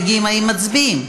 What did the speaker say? האם מצביעים?